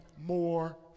more